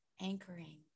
anchoring